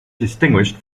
distinguished